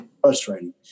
frustrating